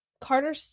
Carter